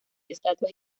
estatuas